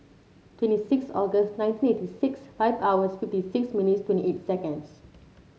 twenty six August nineteen eight six five hours fifty six minutes twenty eight seconds